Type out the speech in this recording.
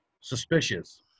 suspicious